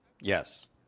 Yes